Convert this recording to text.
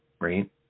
right